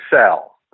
sell